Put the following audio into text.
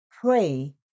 Pray